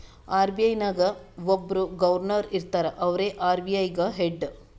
RBI ನಾಗ್ ಒಬ್ಬುರ್ governor ಇರ್ತಾರ ಅವ್ರೇ ಆರ್.ಬಿ.ಐ ಗ ಹೆಡ್